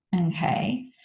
okay